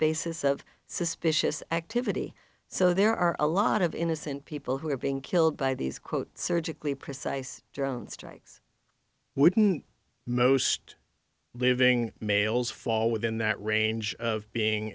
basis of suspicious activity so there are a lot of innocent people who are being killed by these quote surgically precise drone strikes wouldn't most living males fall within that range of being